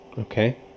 Okay